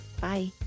Bye